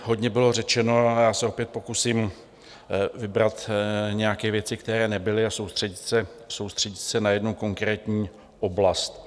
Hodně bylo řečeno a já se opět pokusím vybrat nějaké věci, které nebyly, a soustředit se na jednu konkrétní oblast.